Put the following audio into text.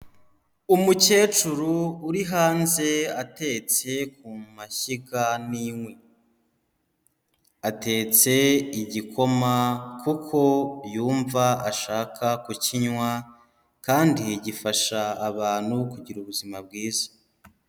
Umukecuru uri hanze atetse ku mashyiga n'inkwi, atetse igikoma kuko yumva ashaka kukinywa kandi gifasha abantu kugira ubuzima bwiza.